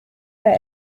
der